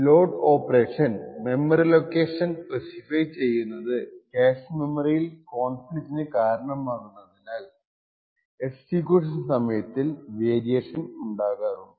load operation memory location specify ചെയ്യുന്നത് കാഷ്മെമ്മറിയിൽ കോൺഫ്ളിറ്റിന് കരണമാകുന്നതിനാൽ എക്സിക്യൂഷൻ സമയത്തിൽ വേരിയേഷൻ ഉണ്ടാകാറുണ്ട്